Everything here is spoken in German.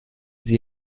sie